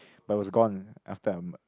but it was gone after I'm